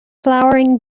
flowering